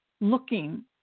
looking